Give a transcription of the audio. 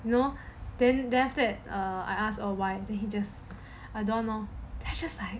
you know then then after that err I ask lor why the he just I don't want lor I just like